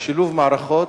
בשילוב מערכות,